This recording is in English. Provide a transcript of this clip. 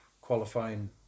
qualifying